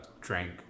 drank